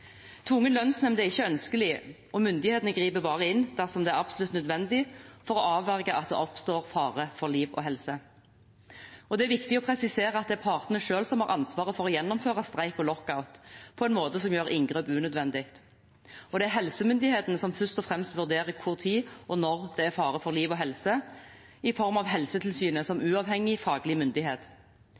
Tvungen lønnsnemd er ikke ønskelig, og myndighetene griper bare inn dersom det er absolutt nødvendig, for å avverge at det oppstår fare for liv og helse. Det er viktig å presisere at det er partene selv som har ansvaret for å gjennomføre streik og lockout på en måte som gjør inngrep unødvendig. Det er helsemyndighetene som først og fremst vurderer hvor og når det er fare for liv og helse, i form av Helsetilsynet som uavhengig faglig myndighet.